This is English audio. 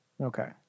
Okay